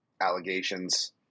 allegations